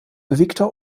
viktor